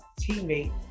teammate